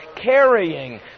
carrying